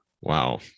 wow